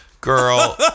Girl